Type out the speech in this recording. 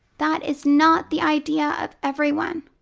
that is not the idea of everyone.